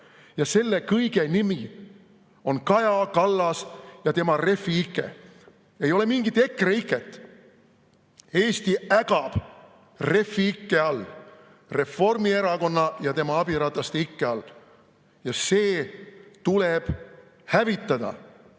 Ja selle kõige nimi on Kaja Kallas ja tema REF‑i ike. Ei ole mingit EKREIKE‑t. Eesti ägab REF‑i ikke all – Reformierakonna ja tema abirataste ikke all. See tuleb hävitada